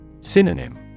Synonym